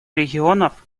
регионов